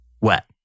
Wet